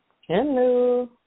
Hello